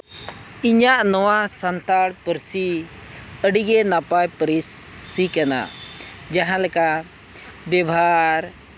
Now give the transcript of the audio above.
ᱤᱧᱟᱹᱜ ᱱᱚᱣᱟ ᱥᱟᱱᱛᱟᱲ ᱯᱟᱹᱨᱥᱤ ᱟᱹᱰᱤᱜᱮ ᱱᱟᱯᱟᱭ ᱯᱟᱹᱨᱥᱤ ᱠᱟᱱᱟ ᱡᱟᱦᱟᱸᱞᱮᱠᱟ ᱵᱮᱵᱷᱟᱨ